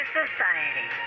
Society